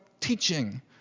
teaching